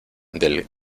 del